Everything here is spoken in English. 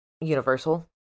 universal